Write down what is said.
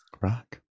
rock